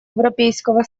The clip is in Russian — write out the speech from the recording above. европейского